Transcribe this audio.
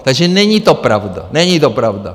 Takže není to pravda, není to pravda!